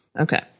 Okay